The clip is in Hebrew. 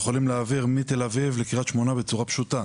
יכולים להעביר מתל אביב לקריית שמונה בצורה פשוטה.